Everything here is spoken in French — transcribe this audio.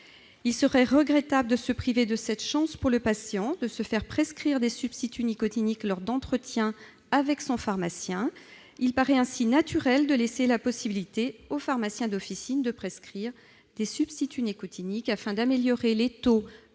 Il serait regrettable de priver le patient de la chance de se faire prescrire des substituts nicotiniques lors d'entretiens avec son pharmacien. Il paraît donc naturel de laisser aux pharmaciens d'officine la possibilité de prescrire des substituts nicotiniques, afin d'améliorer les taux